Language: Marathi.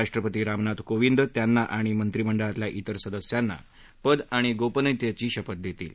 राष्ट्रपती रामनाथ कोविंद त्यांना आणि मंत्रिमंडळातल्या विर सदस्यांना पद आणि गोपनीयतेची शपथ देतील